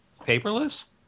paperless